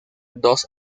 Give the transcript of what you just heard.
dos